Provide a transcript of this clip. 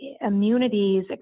immunities